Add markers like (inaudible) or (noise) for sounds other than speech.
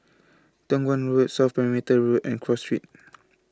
Toh Guan Road South Perimeter Road and Cross Street (noise)